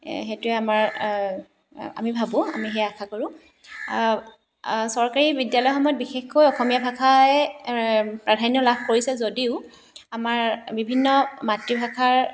সেইটোৱে আমাৰ আমি ভাবোঁ আমি সেয়া আশা কৰোঁ চৰকাৰী বিদ্যালয়সমূহত বিশেষকৈ অসমীয়া ভাষাই প্ৰাধান্য লাভ কৰিছে যদিও আমাৰ বিভিন্ন মাতৃভাষাৰ